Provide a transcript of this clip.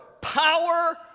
power